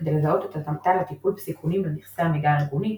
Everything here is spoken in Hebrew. כדי לזהות את התאמתן לטיפול בסיכונים לנכסי המידע הארגוני,